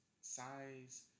size